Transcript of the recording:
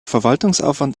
verwaltungsaufwand